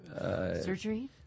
surgery